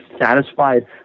satisfied